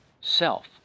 self